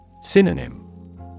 Synonym